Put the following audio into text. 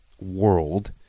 world